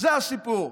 זה הסיפור.